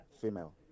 female